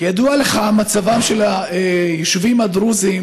כידוע לך, מצבם של היישובים הדרוזיים